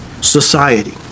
society